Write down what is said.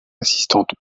assistante